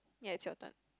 ya it's your turn